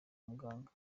muganga